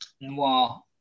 noir